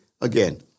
again